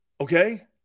Okay